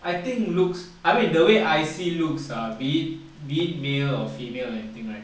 I think looks I mean the way I see looks ah be it male or female or anything right